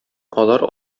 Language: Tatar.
алар